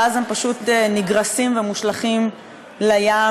ואז הם פשוט נגרסים ומושלכים לים,